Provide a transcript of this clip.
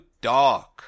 dark